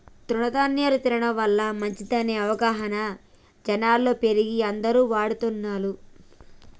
తృణ ధ్యాన్యాలు తినడం వల్ల మంచిదనే అవగాహన జనాలలో పెరిగి అందరు వాడుతున్లు